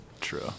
True